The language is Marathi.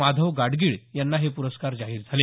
माधव गाडगीळ यांना हे पुरस्कार जाहीर झाले